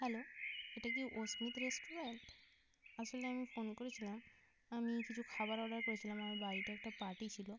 hello এটা কি Asmita restaurant আসলে আমি ফোন করেছিলাম আমি কিছু খাবার অর্ডার করেছিলাম আমার বাড়িতে একটা পার্টি ছিলো